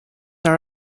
are